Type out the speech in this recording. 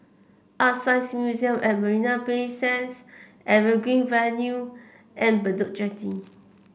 Art Science Museum at Marina Bay Sands Evergreen Avenue and Bedok Jetty